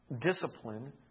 discipline